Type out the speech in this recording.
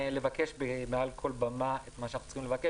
--- לבקש מעל כל במה את מה שאנחנו צריכים לבקש